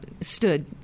stood